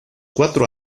cuatro